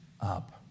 up